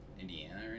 Indiana